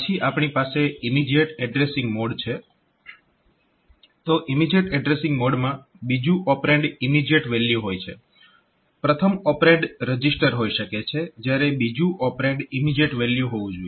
પછી આપણી પાસે ઇમીજીએટ એડ્રેસીંગ મોડ છે તો ઇમીજીએટ એડ્રેસીંગ મોડમાં બીજું ઓપરેન્ડ ઇમીજીએટ વેલ્યુ હોય છે પ્રથમ ઓપરેન્ડ રજીસ્ટર હોઈ શકે છે જ્યારે બીજું ઓપરેન્ડ ઇમીજીએટ વેલ્યુ હોવું જોઈએ